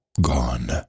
gone